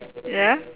ya